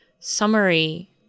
summary